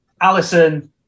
Allison